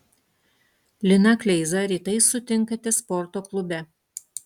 liną kleizą rytais sutinkate sporto klube